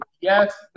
Yes